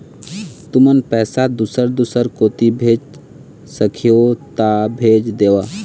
तुमन पैसा दूसर दूसर कोती भेज सखीहो ता भेज देवव?